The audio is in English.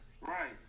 Right